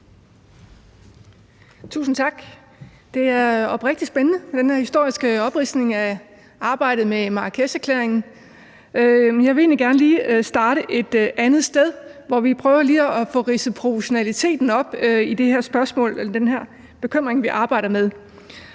Tusind tak. Det er oprigtig talt spændende med den her historiske opridsning af arbejdet med Marrakesherklæringen. Jeg vil egentlig gerne starte et andet sted, hvor jeg lige prøver at få ridset proportionerne op i det her spørgsmål, vi arbejder med,